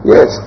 Yes